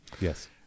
Yes